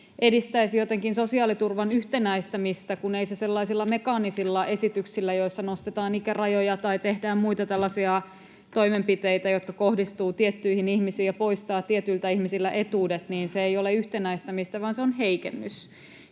edistäisi jotenkin sosiaaliturvan yhtenäistämistä, kun ei se sellaisilla mekaanisilla esityksillä, joissa nostetaan ikärajoja tai tehdään muita tällaisia toimenpiteitä, jotka kohdistuvat tiettyihin ihmisiin ja poistavat tietyiltä ihmisillä etuudet, ole yhtenäistämistä, vaan se on heikennys.